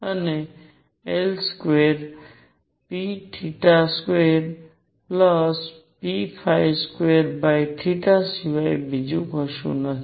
અને L square p2p2 સિવાય બીજું કશું નથી